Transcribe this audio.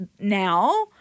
now